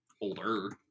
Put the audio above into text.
Older